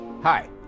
Hi